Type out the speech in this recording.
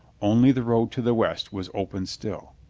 only the road to the west was open still.